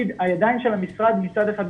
הידיים של המשרד מצד אחד קשורות,